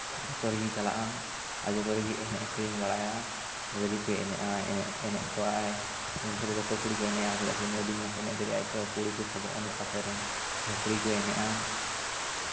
ᱡᱚᱛᱚ ᱨᱮᱜᱮᱭ ᱪᱟᱞᱟᱜᱼᱟ ᱟᱨ ᱡᱚᱛᱚ ᱨᱮᱜᱮᱭ ᱮᱱᱮᱡ ᱥᱮᱨᱮᱧ ᱵᱟᱲᱟᱭᱟ ᱥᱟᱫᱨᱤ ᱠᱚᱭ ᱮᱱᱮᱡᱼᱟ ᱮᱱᱮᱡ ᱠᱚᱣᱟᱭ ᱩᱱᱤ ᱥᱟᱶ ᱫᱚ ᱡᱚᱛᱚ ᱠᱩᱲᱤ ᱠᱚ ᱮᱱᱮᱡᱼᱟ ᱪᱮᱫᱟᱜ ᱥᱮ ᱩᱱᱤ ᱫᱚ ᱟᱹᱰᱤ ᱢᱚᱸᱡ ᱮᱱᱮᱡ ᱫᱟᱲᱮᱭᱟᱜᱼᱟ ᱛᱚ ᱠᱩᱲᱤ ᱠᱚ ᱥᱟᱵᱚᱜᱼᱟ ᱩᱱᱤ ᱯᱟᱥᱮ ᱨᱮ ᱪᱷᱟᱹᱯᱲᱤ ᱠᱚ ᱮᱱᱮᱡᱼᱟ